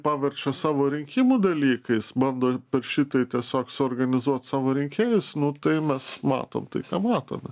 paverčia savo rinkimų dalykais bando šitai tiesiog suorganizuot savo rinkėjus nu tai mes matom tai ką matome